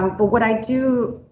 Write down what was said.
but what i do.